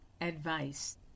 advice